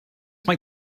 mae